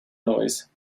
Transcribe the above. noise